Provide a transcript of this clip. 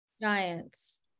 Giants